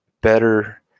better